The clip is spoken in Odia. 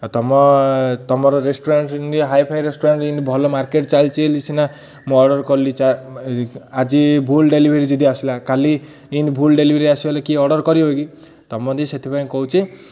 ଆଉ ତମ ତମର ରେଷ୍ଟୁରାଣ୍ଟ୍ରେ ଏମିତି ହାଇଫାଇ ରେଷ୍ଟୁରାଣ୍ଟ୍ରେ ଏମିତି ଭଲ ମାର୍କେଟ୍ ଯାଇଛି ବୋଲି ସିନା ମୁଁ ଅର୍ଡ଼ର କଲି ଆଜି ଭୁଲ୍ ଡେଲିଭରି ଯଦି ଆସିଲା କାଲି ଏମିତି ଭୁଲ୍ ଡେଲିଭରି ଆସିଗଲେ କି ଅର୍ଡ଼ର କରିବେ କି ତମ ଯଦି ସେଥିପାଇଁ କହୁଛି